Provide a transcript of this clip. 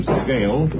scale